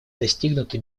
достигнута